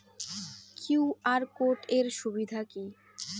QR code এর সুবিধা কি?